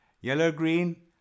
Yellow-green